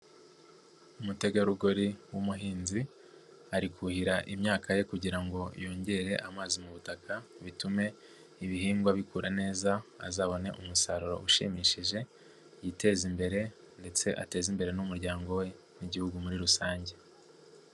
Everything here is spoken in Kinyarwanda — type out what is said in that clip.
Umutegarugori w'umuhinzi ari kuhira imyaka ye kugira ngo yongere amazi mu butaka bitume ibihingwa bikura neza azabone umusaruro ushimishije yiteze imbere ndetse ateze imbere n'umuryango we n'Igihugu muri rusange.